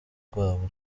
rwabo